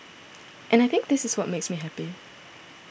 and I think this is what makes me happy